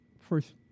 first